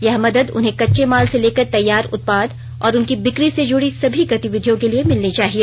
यह मदद उन्हें कच्चे माल से लेकर तैयार उत्पाद और उनकी बिक्री से जुड़ी सभी गतिविधियों के लिए मिलनी चाहिए